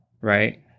Right